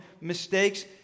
mistakes